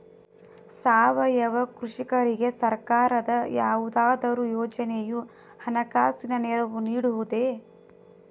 ಸಾವಯವ ಕೃಷಿಕರಿಗೆ ಸರ್ಕಾರದ ಯಾವುದಾದರು ಯೋಜನೆಯು ಹಣಕಾಸಿನ ನೆರವು ನೀಡುವುದೇ?